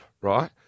right